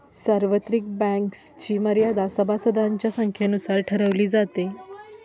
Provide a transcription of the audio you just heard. सार्वत्रिक बँक्सची मर्यादा सभासदांच्या संख्येनुसार ठरवली जाते